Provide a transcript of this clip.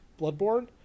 Bloodborne